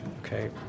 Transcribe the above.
okay